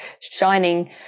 shining